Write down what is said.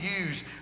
use